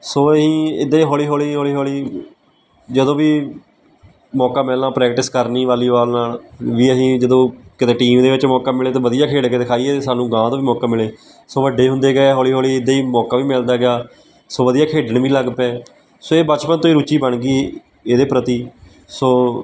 ਸੋ ਅਸੀਂ ਇੱਦਾਂ ਹੀ ਹੌਲੀ ਹੌਲੀ ਹੌਲੀ ਹੌਲੀ ਜਦੋਂ ਵੀ ਮੌਕਾ ਮਿਲਣਾ ਪ੍ਰੈਕਟਿਸ ਕਰਨੀ ਵਾਲੀਵਾਲ ਨਾਲ ਵੀ ਅਸੀਂ ਜਦੋਂ ਕਿਤੇ ਟੀਮ ਦੇ ਵਿੱਚ ਮੌਕਾ ਮਿਲੇ ਤਾਂ ਵਧੀਆ ਖੇਡ ਕੇ ਦਿਖਾਈਏ ਸਾਨੂੰ ਅਗਾਂਹ ਤੋਂ ਵੀ ਮੌਕਾ ਮਿਲੇ ਸੋ ਵੱਡੇ ਹੁੰਦੇ ਗਏ ਹੌਲੀ ਹੌਲੀ ਇੱਦਾਂ ਹੀ ਮੌਕਾ ਵੀ ਮਿਲਦਾ ਗਿਆ ਸੋ ਵਧੀਆ ਖੇਡਣ ਵੀ ਲੱਗ ਪਏ ਸੋ ਇਹ ਬਚਪਨ ਤੋਂ ਹੀ ਰੁਚੀ ਬਣ ਗਈ ਇਹਦੇ ਪ੍ਰਤੀ ਸੋ